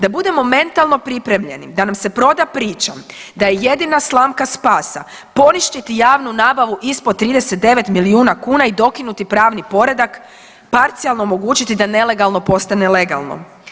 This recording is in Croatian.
Da budemo mentalno pripremljeni da nam se proda priča da je jedina slamka spasa poništiti javnu nabavu ispod 39 milijuna kuna i dokinuti pravni poredak, parcijalno omogućiti da nelegalno postane legalno.